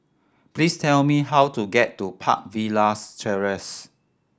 please tell me how to get to Park Villas Terrace